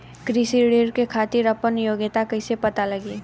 कृषि ऋण के खातिर आपन योग्यता कईसे पता लगी?